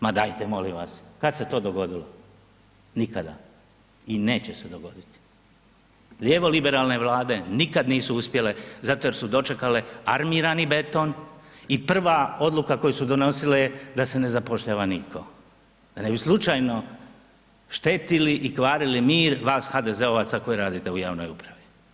Ma dajte, molim vas, kad se to dogodilo, nikada i neće se dogoditi, lijevo liberalne Vlade nikad nisu uspjele zato jer su dočekale armirani beton i prva odluka koju su donosile je da se ne zapošljava nitko, da ne bi slučajno štetili i kvarili mir vas HDZ-ovaca koji radite u javnoj upravi.